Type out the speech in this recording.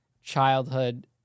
childhood